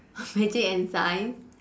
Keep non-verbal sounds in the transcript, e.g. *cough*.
*laughs* magic and science